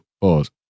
Pause